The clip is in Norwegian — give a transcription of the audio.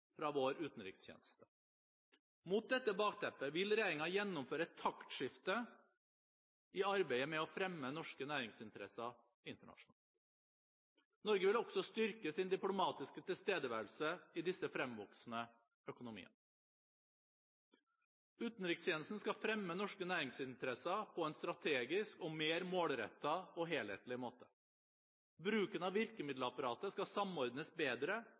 fra vår utenrikstjeneste. Mot dette bakteppet vil regjeringen gjennomføre et taktskifte i arbeidet med å fremme norske næringsinteresser internasjonalt. Norge vil også styrke sin diplomatiske tilstedeværelse i disse fremvoksende økonomiene. Utenrikstjenesten skal fremme norske næringsinteresser på en strategisk og mer målrettet og helhetlig måte. Bruken av virkemiddelapparatet skal samordnes bedre